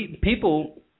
people